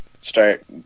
start